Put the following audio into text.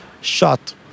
shot